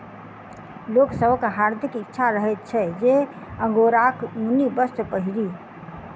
लोक सभक हार्दिक इच्छा रहैत छै जे अंगोराक ऊनी वस्त्र पहिरी